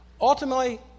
Ultimately